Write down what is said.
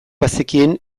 bazekien